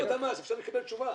אפשר לקבל תשובה לגבי הטבות המס?